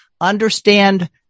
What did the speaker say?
understand